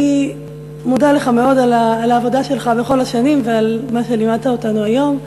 אני מודה לך מאוד על העבודה שלך בכל השנים ועל מה שלימדת אותנו היום.